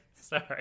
Sorry